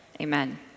amen